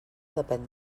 depèn